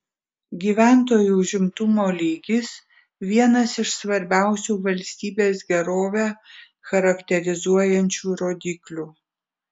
gyventojų užimtumo lygis vienas iš svarbiausių valstybės gerovę charakterizuojančių rodiklių